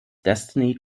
destiny